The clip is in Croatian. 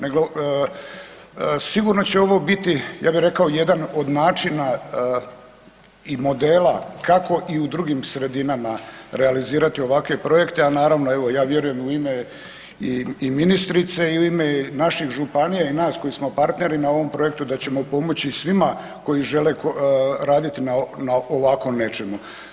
Nego sigurno će ovo biti ja bih rekao jedan od načina i modela kako i u drugim sredinama realizirati ovakve projekte, a naravno ja vjerujem evo u ime i ministrice i u ime naših županija i nas koji smo partneri na ovom projektu da ćemo pomoći svima koji žele raditi na ovako nečemu.